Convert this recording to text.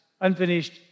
unfinished